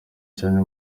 cyane